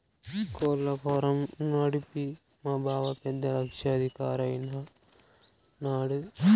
కోళ్ల ఫారం నడిపి మా బావ పెద్ద లక్షాధికారైన నాడు